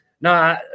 no